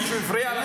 מישהו הפריע לכם?